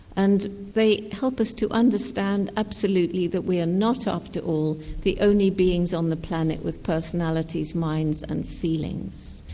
and they help us to understand absolutely that we are not, after all, the only beings on the planet with personalities, minds and feelings.